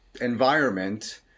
environment